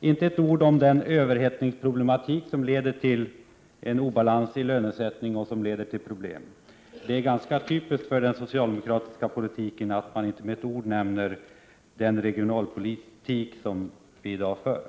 inte ett ord om den överhettning som leder till obalans i lönesättning och till andra problem. Det är ganska typiskt för den socialdemokratiska politiken att man inte med ett ord nämner den regionalpolitik som vi i dag för.